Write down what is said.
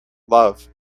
love